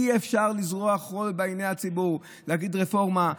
אי-אפשר לזרות חול בעיני הציבור ולהגיד: רפורמה,